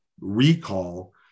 recall